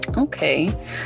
Okay